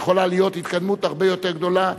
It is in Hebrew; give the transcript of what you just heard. יכולה להיות התקדמות הרבה יותר גדולה,